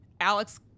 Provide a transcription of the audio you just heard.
Alex